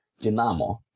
Dinamo